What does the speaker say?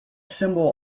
symbol